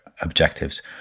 objectives